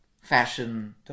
fashion